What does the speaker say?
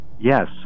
Yes